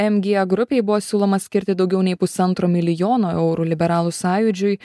mg grupei buvo siūloma skirti daugiau nei pusantro milijono eurų liberalų sąjūdžiui